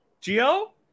Geo